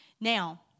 Now